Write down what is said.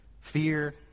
fear